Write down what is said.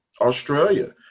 Australia